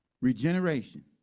Regeneration